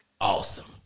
awesome